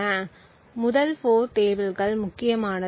முதல் 4 டேபிள்கள் முக்கியமானது